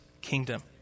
kingdom